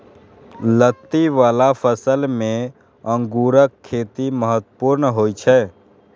लत्ती बला फसल मे अंगूरक खेती महत्वपूर्ण होइ छै